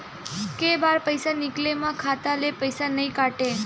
के बार पईसा निकले मा खाता ले पईसा नई काटे?